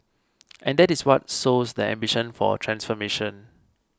and that is what sows the ambition for transformation